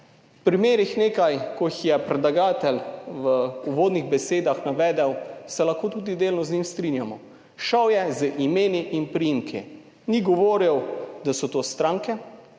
V primerih nekaj, ki jih je predlagatelj v uvodnih besedah navedel, se lahko tudi delno z njim strinjamo. Šel je z imeni in priimki, ni govoril, da so to stranke,